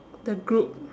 the group